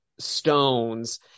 stones